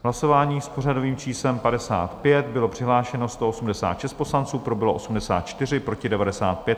Hlasování s pořadovým číslem 55, bylo přihlášeno 186 poslanců, pro bylo 84, proti 95.